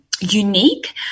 unique